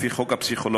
לפי חוק הפסיכולוגים,